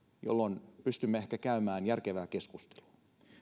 jolloin pystymme ehkä käymään järkevää keskustelua